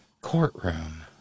courtroom